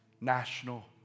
national